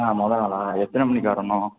ஆ முதல் நாளா எத்தனை மணிக்கு வரணும்